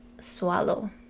swallow